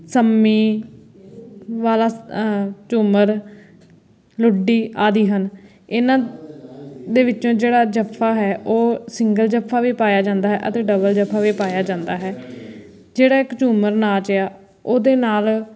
ਸੰਮੀ ਵਾਲਾ ਝੂਮਰ ਲੁੱਡੀ ਆਦਿ ਹਨ ਇਨ੍ਹਾਂ ਦੇ ਵਿੱਚੋਂ ਜਿਹੜਾ ਜੱਫਾ ਹੈ ਉਹ ਸਿੰਗਲ ਜੱਫਾ ਵੀ ਪਾਇਆ ਜਾਂਦਾ ਹੈ ਅਤੇ ਡਬਲ ਜੱਫਾ ਵੀ ਪਾਇਆ ਜਾਂਦਾ ਹੈ ਜਿਹੜਾ ਇੱਕ ਝੂਮਰ ਨਾਚ ਆ ਉਹਦੇ ਨਾਲ